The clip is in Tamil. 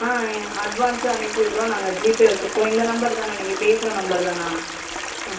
ஆ ஏ அட்வான்ஸு அனுப்பிடுறோம் நாங்கள் ஜிபே வெச்சிருக்கோம் இந்த நம்பர் தானா நீங்கள் பேசுகிற நம்பர் தானா